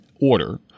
order